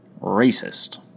racist